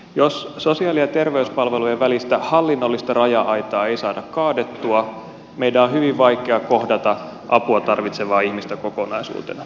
jos sosiaali ja terveyspalvelujen välistä hallinnollista raja aitaa ei saada kaadettua meidän on hyvin vaikea kohdata apua tarvitsevaa ihmistä kokonaisuutena